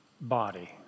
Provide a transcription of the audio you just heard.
body